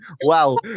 Wow